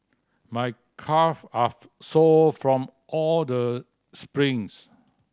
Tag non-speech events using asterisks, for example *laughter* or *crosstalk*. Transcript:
my calve are *unintelligible* sore from all the sprints